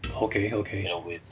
okay okay